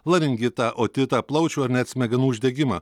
laringitą otitą plaučių ar net smegenų uždegimą